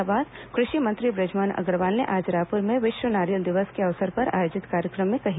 यह बात कृषि मंत्री बृजमोहन अग्रवाल ने आज रायपुर में विश्व नारियल दिवस के अवसर पर आयोजित कार्यक्रम में कही